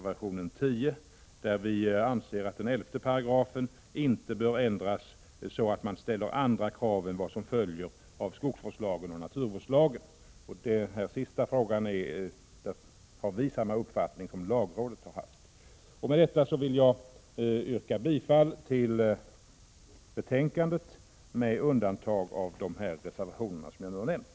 Vi anser att 11 § inte bör ändras så att man ställer andra krav än dem som följer av skogsvårdslagen och naturvårdslagen. Om detta handlar reservation 10. I den frågan har vi samma uppfattning som lagrådet. Med detta vill jag yrka bifall till utskottets hemställan med undantag för de reservationer jag har nämnt.